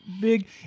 big